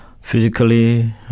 Physically